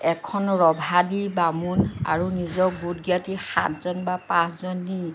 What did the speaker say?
এখন ৰভা দি বামুণ আৰু নিজৰ গোট জ্ঞাতি সাতজন বা পাঁচজন নি